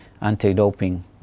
anti-doping